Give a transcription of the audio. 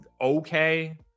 okay